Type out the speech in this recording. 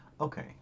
okay